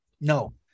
No